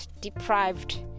deprived